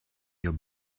your